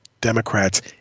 Democrats